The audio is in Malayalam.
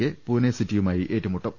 കെ പൂനെ സിറ്റിയുമായി ഏറ്റുമുട്ടും